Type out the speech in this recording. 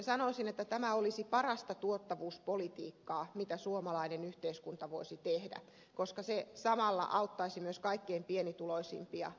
sanoisin että tämä olisi parasta tuottavuuspolitiikkaa mitä suomalainen yhteiskunta voisi tehdä koska se samalla auttaisi myös kaikkein pienituloisimpia ihmisiä